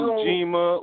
Ujima